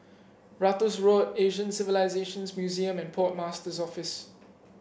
Ratus Road Asian Civilisations Museum and Port Master's Office